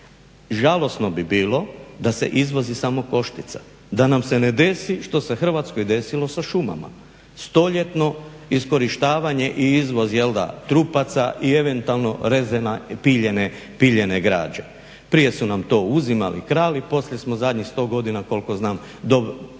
Žalosno bi bilo da se izvozi samo koštica, da nam se ne desi što se Hrvatskoj desilo sa šumama. Stoljetno iskorištavanje i izvoz trupaca i eventualno rezanje piljene građe. Prije su nam to uzimali, krali, poslije smo zadnjih 100 godina koliko znam to dobro i